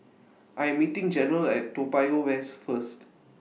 I'm meeting Jerrell At Toa Payoh West First